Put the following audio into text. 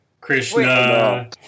Krishna